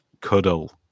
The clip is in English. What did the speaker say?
cuddle